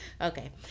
okay